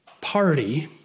party